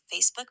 Facebook